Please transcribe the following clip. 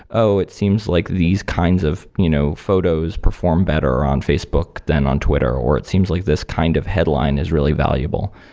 oh, it seems like these kinds of you know photos perform better on facebook than on twitter, or it seems like this kind of headline is really valuable.